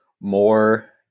more